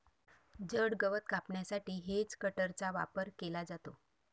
जड गवत कापण्यासाठी हेजकटरचा वापर केला जातो